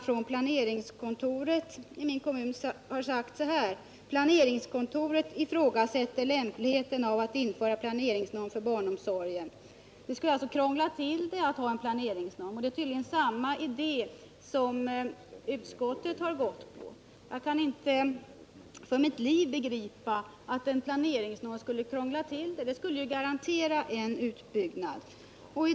Från planeringskontoret i min kommun har man sagt så här: ”Planeringskontoret ifrågasätter lämpligheten av att införa planeringsnorm för barnomsorgen.” Det skulle alltså krångla till det att ha en planeringsnorm. Det är tydligen samma idé som utskottet har följt. Jag kan inte för mitt liv begripa att en planeringsnorm skulle krångla till det. En sådan norm skulle ju garantera en utbyggnad.